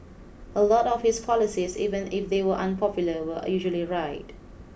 a lot of his policies even if they were unpopular were usually right